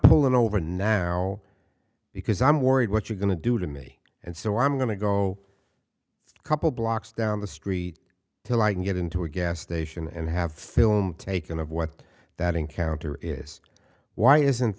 pulling over now because i'm worried what you're going to do to me and so i'm going to go couple blocks down the street till i can get into a gas station and have film taken of what that encounter is why isn't